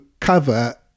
cover